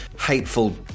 hateful